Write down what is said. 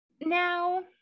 now